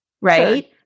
Right